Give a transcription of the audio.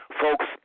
Folks